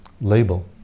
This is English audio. label